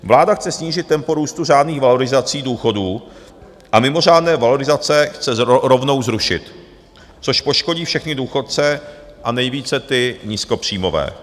Vláda chce snížit tempo růstu řádných valorizací důchodů a mimořádné valorizace chce rovnou zrušit, což poškodí všechny důchodce a nejvíce ty nízkopříjmové.